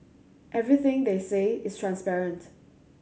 everything they say is transparent